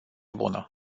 bună